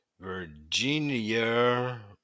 Virginia